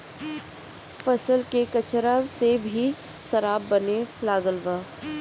फसल के कचरा से भी शराब बने लागल बा